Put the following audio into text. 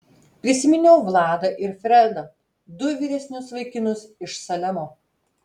prisiminiau vladą ir fredą du vyresnius vaikinus iš salemo